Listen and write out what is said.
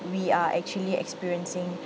we are actually experiencing